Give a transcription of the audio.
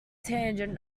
tangent